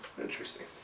Interesting